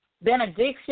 benediction